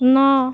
ন